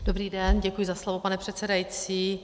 Dobrý den, děkuji za slovo, pane předsedající.